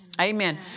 Amen